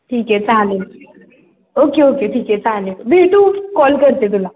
ठीक आहे चालेल ओके ओके ठीक आहे चालेल भेटू कॉल करते तुला